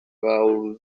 gaurdanik